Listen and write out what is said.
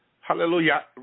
Hallelujah